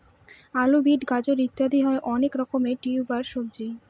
আলু, বিট, গাজর ইত্যাদি হয় অনেক রকমের টিউবার সবজি